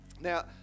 Now